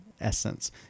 essence